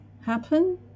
happen